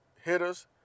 Hitters